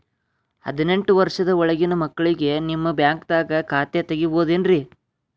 ಹದಿನೆಂಟು ವರ್ಷದ ಒಳಗಿನ ಮಕ್ಳಿಗೆ ನಿಮ್ಮ ಬ್ಯಾಂಕ್ದಾಗ ಖಾತೆ ತೆಗಿಬಹುದೆನ್ರಿ?